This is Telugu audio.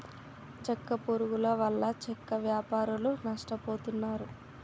చెక్క పురుగుల వల్ల చెక్క వ్యాపారులు నష్టపోతున్నారు